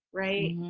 right?